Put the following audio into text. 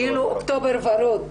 כאילו אוקטובר ורוד,